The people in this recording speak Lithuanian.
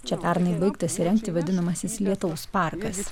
čia pernai baigtas įrengti vadinamasis lietaus parkas